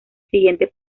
siguiente